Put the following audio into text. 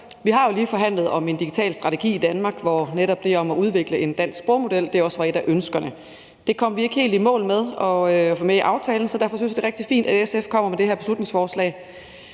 Vi har jo lige haft forhandlinger om en digital strategi i Danmark, hvor netop det med at udvikle en dansk sprogmodel også var et af ønskerne. Det kom vi ikke helt i mål med at få med i aftalen, så derfor synes jeg, det er rigtig fint, at SF kommer med det her beslutningsforslag.